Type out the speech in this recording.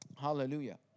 Hallelujah